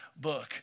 book